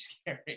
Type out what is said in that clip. scary